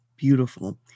beautiful